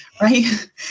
right